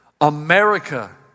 America